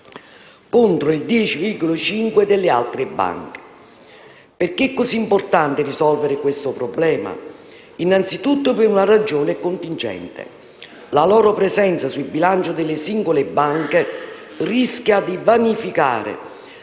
contro il 10,5 per cento delle altre banche. Perché è così importante risolvere questo problema? Innanzitutto per una ragione contingente. La loro presenza sui bilanci delle singole banche rischia di vanificare